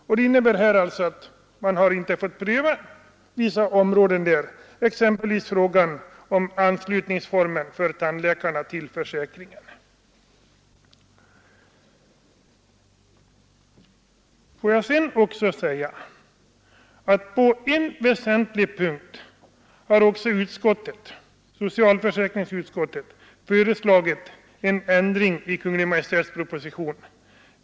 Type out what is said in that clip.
Detta innebär att man inte fått pröva vissa områden, exempelvis frågan om anslutningsformen för tandläkarna till försäkringen. På en väsentlig punkt har också socialförsäkringsutskottet föreslagit en ändring av Kungl. Maj:ts proposition.